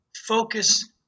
focus